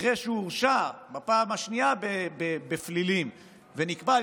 אחרי שהורשע בפעם השנייה בפלילים ונקבע על